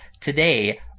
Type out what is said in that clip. Today